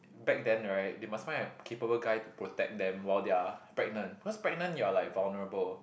back then right they must fine a capable guy to protect them while they are pregnant because pregnant you're like vulnerable